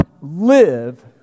live